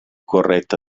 corretta